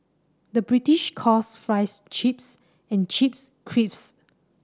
the British calls fries chips and chips crisps